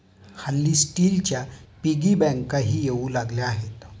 हल्ली स्टीलच्या पिगी बँकाही येऊ लागल्या आहेत